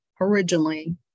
originally